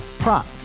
Prop